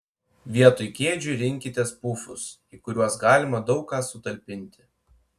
vietoj kėdžių rinkitės pufus į kuriuos galima daug ką sutalpinti